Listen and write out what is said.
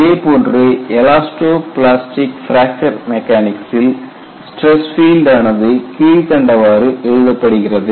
இதேபோன்று elasto plastic fracture மெக்கானிக்சில் stress field ஆனது கீழ்கண்டவாறு எழுதப்படுகிறது